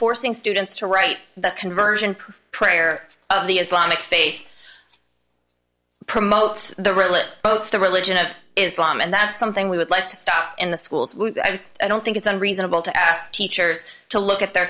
forcing students to write the conversion prayer of the islamic faith promotes the religion both the religion of islam and that's something we would like to stop in the schools i don't think it's unreasonable to ask teachers to look at their